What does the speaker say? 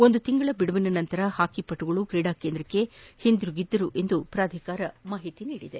ಒಂದು ತಿಂಗಳ ಬಿಡುವಿನ ನಂತರ ಹಾಕಿ ಪಟುಗಳು ಕ್ರೀಡಾ ಕೇಂದ್ರಕ್ಕೆ ಹಿಂತಿರುಗಿದ್ದರು ಎಂದು ಪ್ರಾಧಿಕಾರ ಹೇಳದೆ